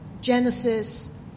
genesis